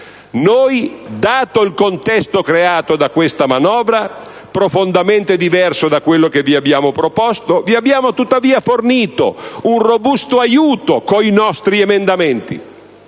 Noi, dato il contesto creato dalla vostra manovra, profondamente diverso da quello che abbiamo proposto, vi abbiamo tuttavia fornito, con i nostri emendamenti,